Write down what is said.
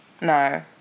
No